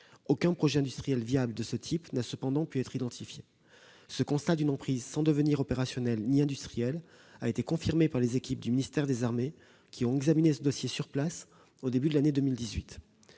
Aucun projet industriel viable de ce type n'a cependant pu être identifié. Ce constat d'une emprise sans devenir opérationnel ni industriel a été confirmé par les équipes du ministère des armées, qui ont examiné ce dossier sur place au début de l'année 2018.